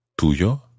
tuyo